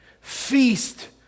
Feast